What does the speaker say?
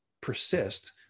persist